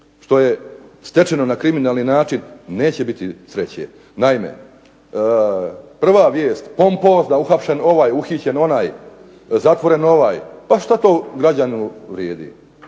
što je stečeno na kriminalni način, neće biti sreće. Naime, prva vijest pompozna, uhićen ovaj, uhapšen onaj, zatvoren onaj, pa što građaninu vrijedi,